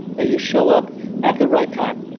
that you show up at the right time.